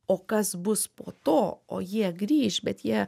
o kas bus po to o jie grįš bet jie